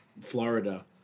Florida